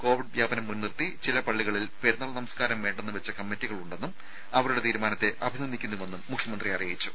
Covid വ്യാപനം മുൻനിർത്തി ചില പള്ളികളിൽ പെരുന്നാൾ നമസ്കാരം വേണ്ടെന്നുവച്ച കമ്മിറ്റികൾ ഉണ്ടെന്നും അവരുടെ തീരുമാനത്തെ അഭിനന്ദിക്കുന്നുവെന്നും മുഖ്യമന്ത്രി അറിയിച്ചു